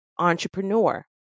Entrepreneur